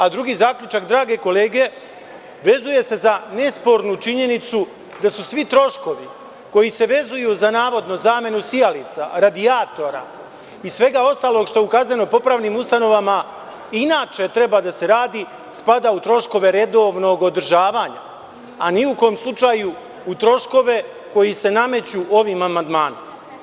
A drugi zaključak, drage kolege, vezuje se za nespornu činjenicu da su svi troškovi koje se vezuju za navodno zamenu sijalica, radijatora i svega ostaloga što u kazneno-popravnim ustanovama inače treba da se radi, spada u troškove redovnog održavanja a ni u kom slučaju u troškovi koji se nameću ovim amandmanom.